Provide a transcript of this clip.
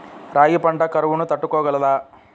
రాగి పంట కరువును తట్టుకోగలదా?